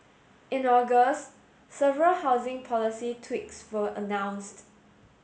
in August several housing policy tweaks were announced